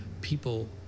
people